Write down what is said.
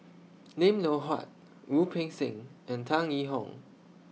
Lim Loh Huat Wu Peng Seng and Tan Yee Hong